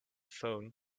phone